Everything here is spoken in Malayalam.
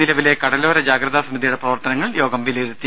നിലവിലെ കടലോര ജാഗ്രതാ സമിതിയുടെ പ്രവർത്തനങ്ങൾ യോഗം വിലയിരുത്തി